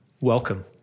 Welcome